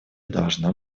должна